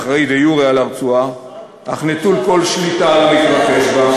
האחראי דה-יורה לרצועה אך נטול כל שליטה על המתרחש בה?